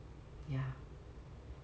ya